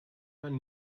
man